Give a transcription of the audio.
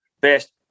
best